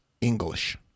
English